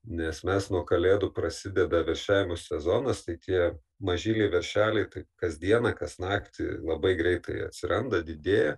nes mes nuo kalėdų prasideda veršiavimosi sezonas tai tie mažyliai veršeliai kasdieną kas naktį labai greitai atsiranda didėja